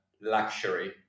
luxury